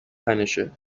تنشه